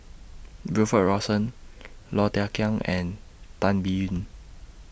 Wilfed Lawson Low Thia Khiang and Tan Biyun